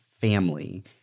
family